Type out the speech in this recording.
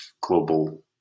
global